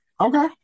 Okay